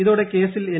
ഇതോടെ കേസിൽ ഏൻ